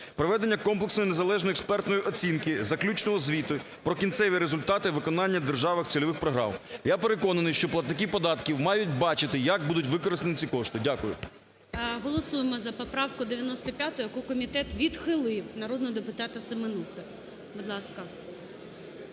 проведення комплексної, незалежної експертної оцінки, заключного звіту про кінцеві результати виконання державних цільових програм. Я переконаний, що платники податків мають бачити, як будуть використані ці кошти. Дякую. ГОЛОВУЮЧИЙ. Голосуємо за поправку 95, яку комітет відхилив, народного депутата Семенухи, будь ласка.